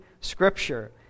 scripture